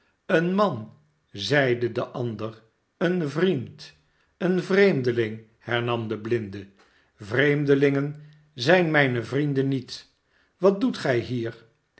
een man zeide de ander een vriend een vreemdeling hernam de blinde vreemdelingen zijn mijne vrienden niet wat doet gij hier